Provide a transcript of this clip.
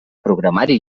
programari